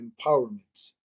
empowerment